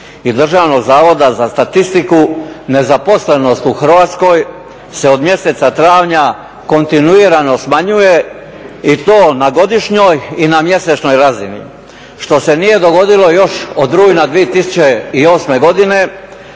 i Državnog zavoda za statistiku nezaposlenost u Hrvatskoj se od mjeseca travnja kontinuirano smanjuje i to na godišnjoj i na mjesečnoj razini što se nije dogodilo još od rujna 2008. godine.